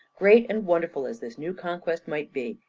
great and wonderful as this new conquest might be,